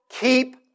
keep